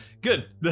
good